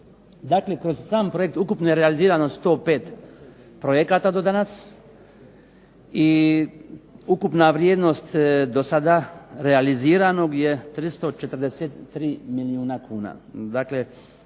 Dakle, kroz sam projekt ukupno je realizirano 105 projekata do danas. I ukupna vrijednost do sada realiziranog je 343 milijuna kuna.